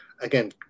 again